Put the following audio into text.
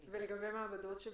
ישיבת ועדת המדע והטכנולוגיה.